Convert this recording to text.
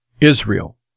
Israel